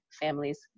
families